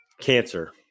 cancer